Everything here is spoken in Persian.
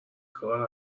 کار